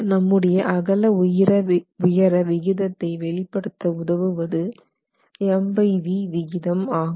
நம்முடைய அகல உயர விகிதத்தை வெளிப்படுத்த உதவுவது MVd விகிதம் ஆகும்